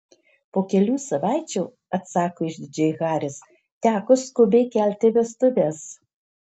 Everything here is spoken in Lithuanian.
po kelių savaičių atsako išdidžiai haris teko skubiai kelti vestuves